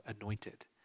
anointed